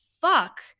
fuck